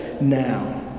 now